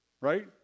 right